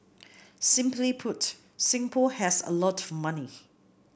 simply put Singapore has a lot of money